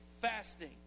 fasting